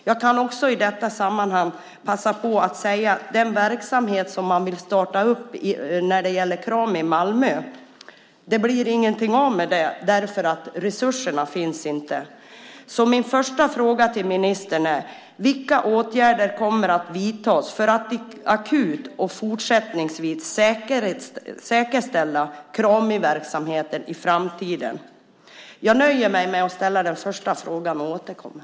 Jag kan i detta sammanhang också passa på att säga att det inte blir någonting av med den verksamhet som man vill starta med Krami i Malmö. Resurserna finns inte. Min första fråga till ministern är: Vilka åtgärder kommer att vidtas för att akut och fortsättningsvis säkerställa Kramiverksamheten i framtiden? Jag nöjer mig med att ställa den första frågan nu, och återkommer.